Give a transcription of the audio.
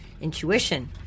intuition